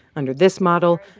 under this model,